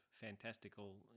fantastical